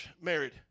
married